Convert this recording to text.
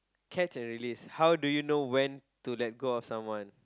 catch or release how do you know when to let go of someone